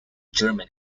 german